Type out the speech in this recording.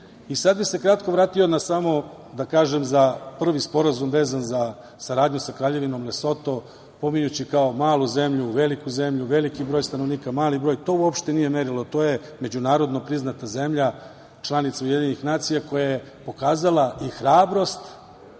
bih se kratko vratio samo da kažem za prvi sporazum vezan za saradnju za Kraljevinom Lesoto, pominjući kao malu zemlju, veliku zemlju, veliki broj stanovnika, mali broj stanovnika. To uopšte nije merilo. To je međunarodno priznata zemlja, članica Ujedinjenih nacija, koja je pokazala i hrabrost